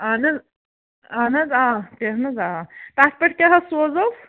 اَہَن حظ اَہَن حظ آ کیٚنٛہہ نہٕ حظ آ تَتھ پٮ۪ٹھ کیٛاہ حظ سوزو